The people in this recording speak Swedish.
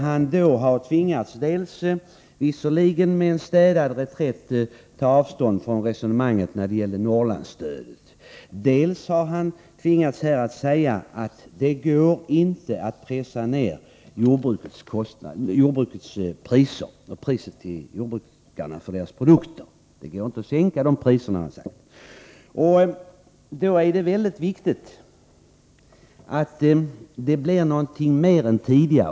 Han har, visserligen med en städad reträtt, dels tvingats ta avstånd från resonemanget vad gäller Norrlandsstödet, dels tvingats säga att det inte går att pressa ned priserna på jordbrukets produkter. Det är viktigt att sådant händer något mer än tidigare.